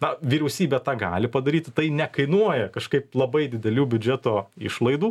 na vyriausybė tą gali padaryti tai nekainuoja kažkaip labai didelių biudžeto išlaidų